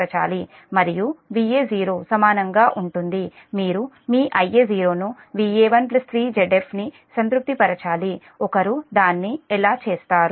మరియు Va0 సమానంగా ఉంటుంది మీరు మీ Ia0 ను Va1 3 Zf ని సంతృప్తిపరచాలి ఒకరు దాన్ని ఎలా చేస్తారు